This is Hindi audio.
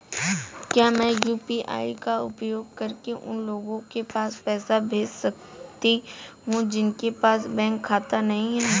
क्या मैं यू.पी.आई का उपयोग करके उन लोगों के पास पैसे भेज सकती हूँ जिनके पास बैंक खाता नहीं है?